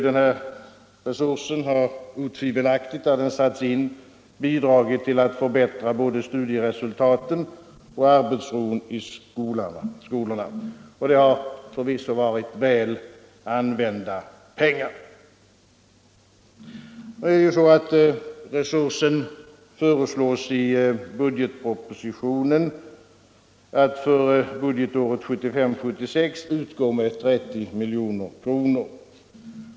Den här resursen har otvivelaktigt, där den satts in, bidragit till att förbättra både studieresultaten och arbetsron i skolorna, och det har förvisso varit väl använda pengar. I budgetpropositionen föreslås SÅS-resursen att för budgetåret 1975/76 utgå med 30 milj.kr.